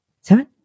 seven